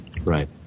Right